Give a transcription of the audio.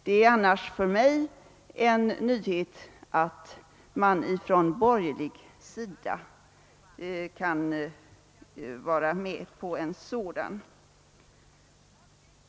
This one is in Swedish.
Det är annars en nyhet för mig att man på borgerlig sida kan vara med på en sådan övergång.